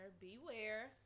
Beware